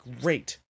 great